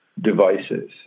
devices